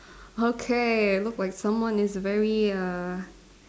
okay look like someone is very uh